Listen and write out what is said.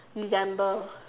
December